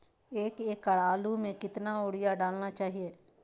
एक एकड़ आलु में कितना युरिया डालना चाहिए?